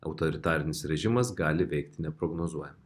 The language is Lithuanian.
autoritarinis režimas gali veikti neprognozuojamai